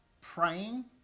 praying